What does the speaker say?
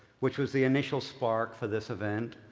which was the initial spark for this event.